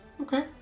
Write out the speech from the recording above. Okay